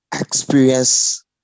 experience